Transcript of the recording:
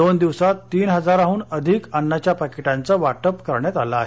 दोन दिवसात तीन हजाराहन अधिक अन्नाच्या पाकिटांचं वाटप करण्यात आलं आहे